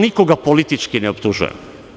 Nikoga tu politički ne optužujem.